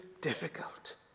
difficult